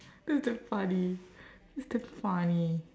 that's damn funny that's damn funny